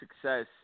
success